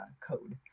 code